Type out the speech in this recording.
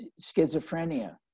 schizophrenia